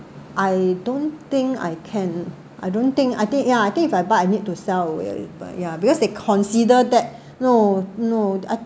I don't think I can I don't think I think yeah I think if I but I need to sell away but ya because they consider that no no